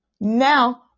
Now